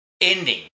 ending